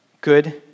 good